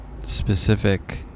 specific